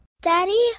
Daddy